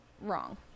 wrong